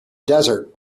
desert